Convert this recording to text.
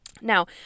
Now